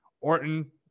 Orton